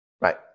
Right